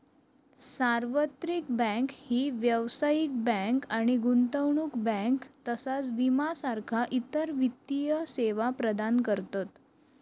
सार्वत्रिक बँक ही व्यावसायिक बँक आणि गुंतवणूक बँक तसाच विमा सारखा इतर वित्तीय सेवा प्रदान करतत